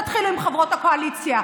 תתחילו עם חברות הקואליציה,